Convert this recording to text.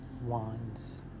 Wands